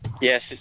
Yes